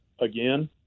again